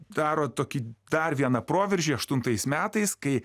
daro tokį dar vieną proveržį aštuntais metais kai